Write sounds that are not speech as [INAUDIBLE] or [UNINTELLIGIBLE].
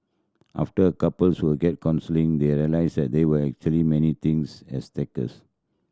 after couples will get counselling they realise that there were actually many things [UNINTELLIGIBLE]